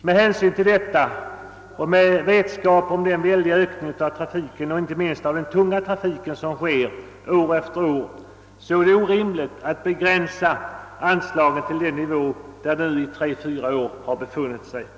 Med hänsyn till detta och med vetskap om den väldiga ökning av trafiken, inte minst den tunga trafiken, som sker år efter år är det orimligt att begränsa anslaget till den nivå, där det nu i 3—4 år har befunnit sig.